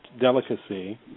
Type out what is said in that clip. Delicacy